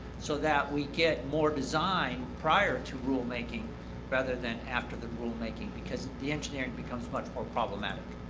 so that we get more design prior to rulemaking rather than after the rulemaking, because the engineering becomes much more problematic.